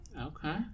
Okay